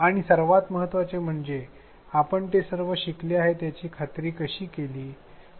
आणि सर्वात महत्त्वाचे म्हणजे आपण ते सर्व शिकले आहेत याची खात्री कशी केली